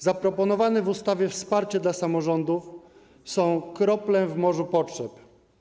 Zaproponowane w ustawie wsparcie dla samorządów jest kroplą w morzu potrzeb.